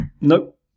Nope